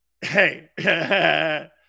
Hey